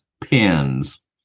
pins